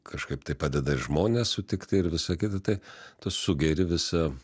kažkaip tai padeda ir žmones sutikt ir visa kita tai tu sugeri visą